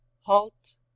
Halt